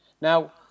Now